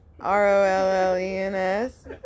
R-O-L-L-E-N-S